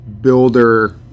builder